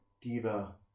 diva